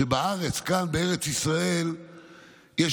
שכאן בארץ ישראל יש